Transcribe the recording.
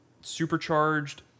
supercharged